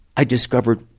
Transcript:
i discovered,